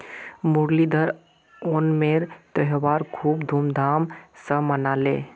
मुरलीधर ओणमेर त्योहार खूब धूमधाम स मनाले